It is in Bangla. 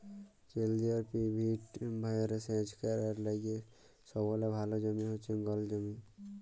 কেলদিরিয় পিভট ভাঁয়রে সেচ ক্যরার লাইগে সবলে ভাল জমি হছে গল জমি